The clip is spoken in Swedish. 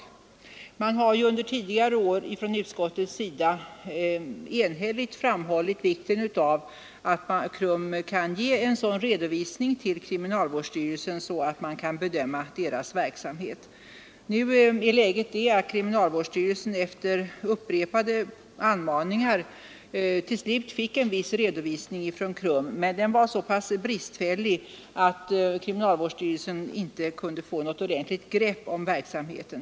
Utskottet har ju under tidigare år framhållit vikten av att KRUM kan ge kriminalvårdsstyrelsen en sådan redovisning att KRUM:s verksamhet kan bedömas. Kriminalvårdsstyrelsen fick efter upprepade anmaningar en viss redovisning från KRUM, men den var så pass bristfällig att kriminalvårdsstyrelsen inte kunde få något ordentligt grepp om verksam heten.